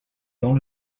dans